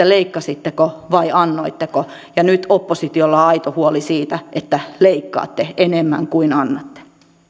leikkasitteko vai annoitteko ja nyt oppositiolla on on aito huoli siitä että leikkaatte enemmän kuin annatte